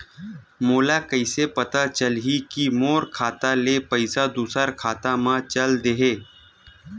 मोला कइसे पता चलही कि मोर खाता ले पईसा दूसरा खाता मा चल देहे?